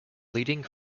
leading